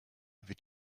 wird